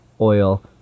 oil